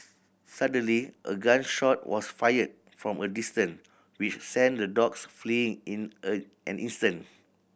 suddenly a gun shot was fired from a distance which sent the dogs fleeing in a an instant